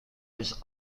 was